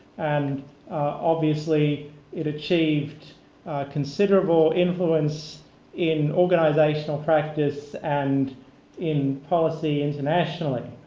and obviously it achieved considerable influence in organizational practice and in policy internationally,